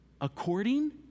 According